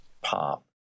pop